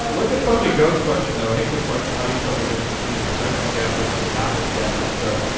ah look at puffy goat's question, though. hey, quick question. how do you tell the difference between a professional gap versus a novice gap on a chart?